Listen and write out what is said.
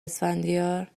اسفندیار